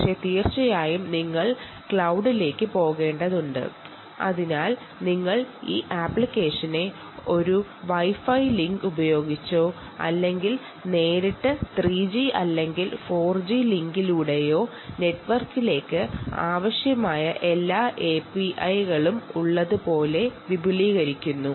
അതിനായി നിങ്ങൾ ക്ലൌഡിലേക്ക് 3ee ഒരു വൈഫൈ ലിങ്ക് ഉപയോഗിച്ചോ അല്ലെങ്കിൽ നേരിട്ട് 3 ജി 4 ജി ലിങ്കിലൂടെയോ നെറ്റ്വർക്കിലേക്ക് ആവശ്യമായ എല്ലാ API കളും ലഭിക്കുന്നതിനായി വിപുലീകരിക്കുക